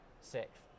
Sixth